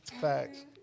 Facts